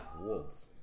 wolves